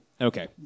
Okay